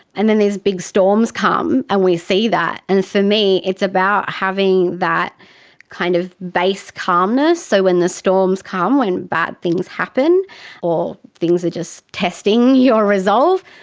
and then these big storms come and we see that, and for me it's about having that kind of base calmness, so when the storms come, when bad things happen or things are just testing your resolve,